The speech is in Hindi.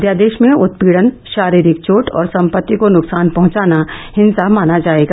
अध्यादेश में उत्पीडन शारीरिक चोट और संपत्ति को नुकसान पहुंचाना हिंसा माना जाएगा